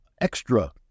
extra